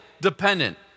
dependent